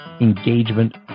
engagement